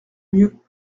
mieux